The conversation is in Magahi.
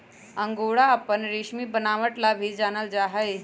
अंगोरा अपन रेशमी बनावट ला भी जानल जा हई